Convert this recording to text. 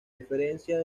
diferencia